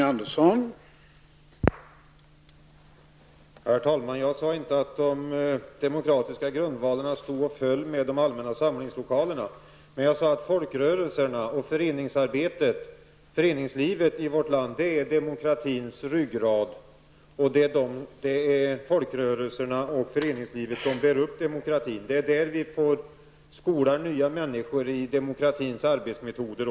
Herr talman! Jag sade inte att de demokratiska grundvalarna står och faller med de allmänna samlingslokalerna, men jag sade att folkrörelserna och föreningslivet i vårt land är demokratins ryggrad. Folkrörelserna och föreningslivet bär upp demokratin. Det är där vi skolar nya människor i demokratins arbetsmetoder.